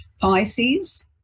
Pisces